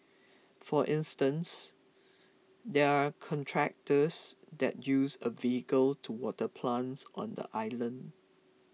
for instance there are contractors that use a vehicle to water plants on the island